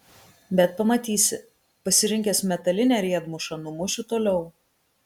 bet pamatysi pasirinkęs metalinę riedmušą numušiu toliau